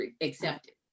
accepted